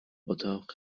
اتاق